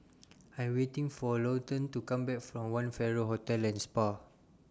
I Am waiting For Lawton to Come Back from one Farrer Hotel and Spa